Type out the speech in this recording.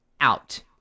out